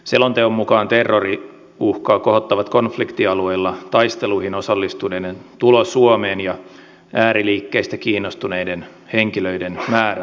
selonteon mukaan terroriuhkaa kohottavat konfliktialueilla taisteluihin osallistuneiden tulo suomeen ja ääriliikkeistä kiinnostuneiden henkilöiden määrän lisääntyminen